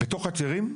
בתוך חצרים?